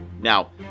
Now